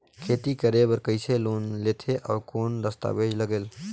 खेती करे बर कइसे लोन लेथे और कौन दस्तावेज लगेल?